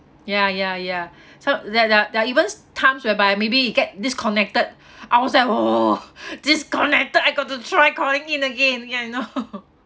ya ya ya so there're there're there're even times whereby maybe you get disconnected I was like disconnected I got to try calling in again ya you know